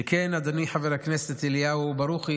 שכן, אדוני חבר הכנסת אליהו ברוכי,